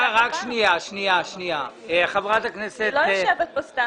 היא לא יושבת כאן סתם.